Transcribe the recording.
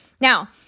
Now